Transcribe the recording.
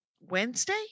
Wednesday